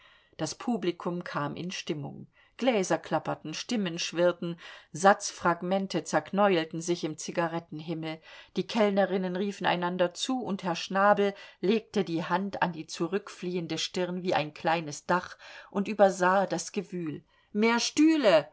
das publikum kam in stimmung gläser klapperten stimmen schwirrten satzfragmente zerknäulten sich im zigarettenhimmel die kellnerinnen riefen einander zu und herr schnabel legte die hand an die zurückfliehende stirn wie ein kleines dach und übersah das gewühl mehr stühle